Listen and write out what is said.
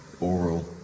oral